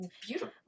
Beautiful